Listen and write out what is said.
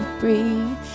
breathe